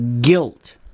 guilt